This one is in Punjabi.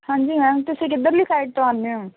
ਹਾਂਜੀ ਮੈਮ ਤੁਸੀਂ ਕਿੱਧਰਲੀ ਸਾਈਡ ਤੋਂ ਆਉਂਦੇ ਹੋ